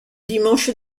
dimanche